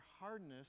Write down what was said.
hardness